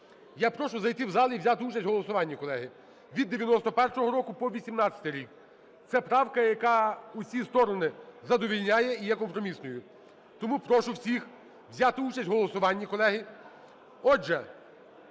Я прошу зайти в зал і взяти участь в голосуванні, колеги. Від 91-го року по 18-й рік. Це правка, яка усі сторони задовольняє і є компромісною. Тому прошу всіх взяти участь в голосуванні, колеги.